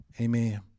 Amen